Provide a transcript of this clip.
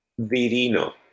Virino